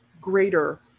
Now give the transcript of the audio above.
greater